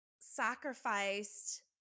sacrificed